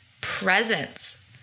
presence